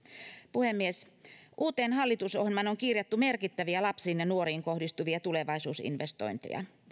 puhemies uuteen hallitusohjelmaan on kirjattu merkittäviä lapsiin ja nuoriin kohdistuvia tulevaisuusinvestointeja